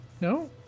No